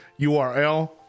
URL